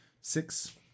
six